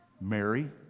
Mary